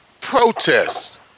protest